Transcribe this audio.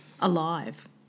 alive